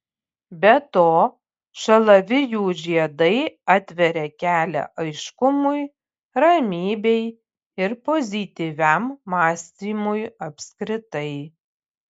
be to šalavijų žiedai atveria kelią aiškumui ramybei ir pozityviam mąstymui apskritai